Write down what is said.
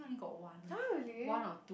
!huh! really